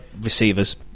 receivers